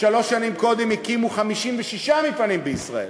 שלוש שנים קודם הקימו 56 מפעלים בישראל.